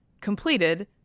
completed